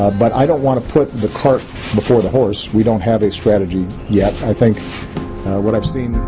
but i don't want to put the cart before the horse, we don't have a strategy yet. i think what i've seen,